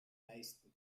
leisten